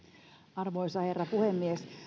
arvoisa herra puhemies